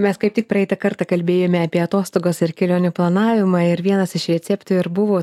mes kaip tik praeitą kartą kalbėjome apie atostogas ir kelionių planavimą ir vienas iš receptų ir buvo turėt